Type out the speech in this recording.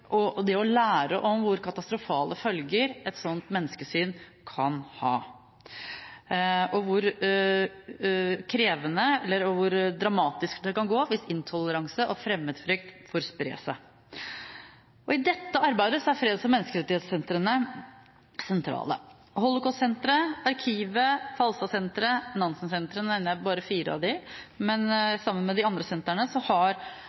lære om hvor katastrofale følger et sånt menneskesyn kan ha, og hvor krevende det er, og hvor dramatisk det kan være hvis intoleranse og fremmedfrykt får spre seg. I dette arbeidet er freds- og menneskerettighetssentrene sentrale. Holocaustsenteret, Stiftelsen Arkivet, Falstadsenteret, Nansen Fredssenter – nå nevner jeg bare fire av dem – er sammen med de andre